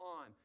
on